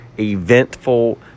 eventful